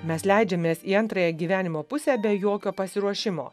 mes leidžiamės į antrąją gyvenimo pusę be jokio pasiruošimo